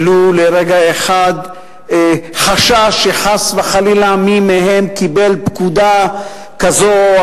ולו לרגע אחד חשש שחס וחלילה מי מהם קיבל פקודה כזו או